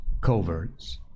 coverts